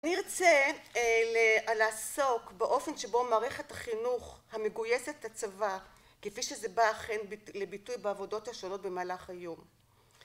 אני ארצה לעסוק באופן שבו מערכת החינוך המגויסת את הצבא כפי שזה בא אכן לביטוי בעבודות השונות במהלך היום.